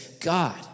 God